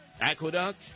Aqueduct